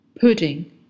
pudding